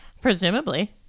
Presumably